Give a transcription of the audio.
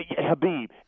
Habib